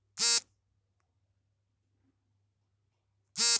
ಗೆಡ್ಡೆಕಾಂಡದ ಒಂದು ಬಗೆಯ ಮಾರ್ಪಾಟು ನೆಲದೊಳಗೇ ಹುದುಗಿ ಬೆಳೆಯುತ್ತೆ ಆಹಾರ ಸಂಗ್ರಹಣೆ ಇದ್ರ ಮುಖ್ಯಕಾರ್ಯ